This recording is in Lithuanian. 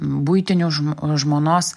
buitinių žmo žmonos